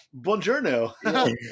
Buongiorno